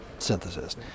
synthesis